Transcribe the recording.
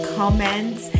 comments